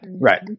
right